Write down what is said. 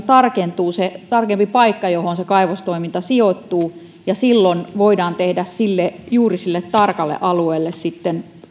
tarkentuu se tarkempi paikka johon kaivostoiminta sijoittuu ja silloin voidaan tehdä juuri sille tarkalle alueelle sitten